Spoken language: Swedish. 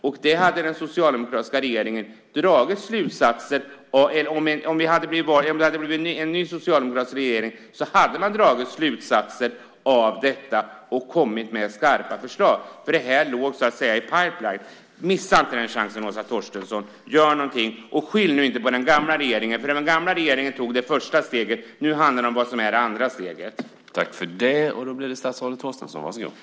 Om det hade blivit en ny socialdemokratisk regering hade man dragit slutsatser av detta och kommit med skarpa förslag, för det här låg så att säga i pipeline. Missa inte den chansen, Åsa Torstensson! Gör någonting! Skyll nu inte på den gamla regeringen! Den gamla regeringen tog det första steget, och nu handlar det om vad som är det andra steget.